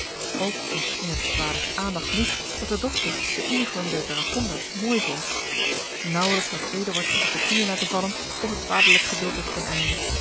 ook ontging het s vaders aandacht niet dat de dochter de uniform der dragonders mooi vond naauwelijks had eduard zich op de knieën laten vallen of het vaderlijk geduld was george een ongeluksvogel ten einde